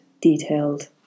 detailed